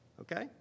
okay